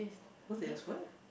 what Taylor's what